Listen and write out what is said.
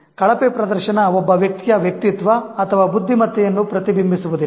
ಕಳಪೆ ಪ್ರದರ್ಶನ ಒಬ್ಬ ವ್ಯಕ್ತಿಯ ವ್ಯಕ್ತಿತ್ವ ಅಥವಾ ಬುದ್ಧಿಮತ್ತೆಯನ್ನು ಪ್ರತಿಬಿಂಬಿಸುವುದಿಲ್ಲ